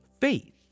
faith